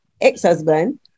ex-husband